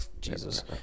Jesus